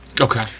okay